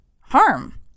harm